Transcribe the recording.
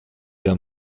der